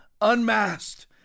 unmasked